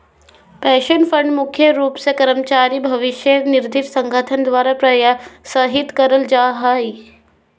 pension fund मुख्य रूप से कर्मचारी भविष्य निधि संगठन द्वारा प्रोत्साहित करल जा हय